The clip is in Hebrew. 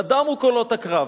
נדמו קולות הקרב,